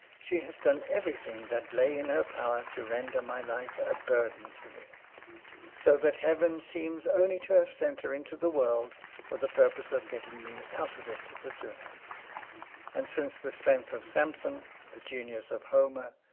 she has done everything that lay in her power to render my life a burden to me so that heaven seems only to have sent her into the world for the purpose of getting me out of it the sooner and since the strength of samson, the genius of homer,